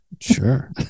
sure